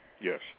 Yes